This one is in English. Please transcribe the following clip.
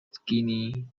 skinny